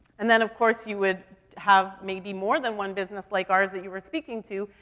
and then, of course, you would have maybe more than one business like ours that you were speaking to,